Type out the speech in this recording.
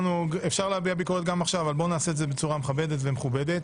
אפשר להביע ביקורת גם עכשיו אבל בואו נעשה את ה בצורה מכבדת ומכובדת.